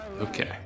Okay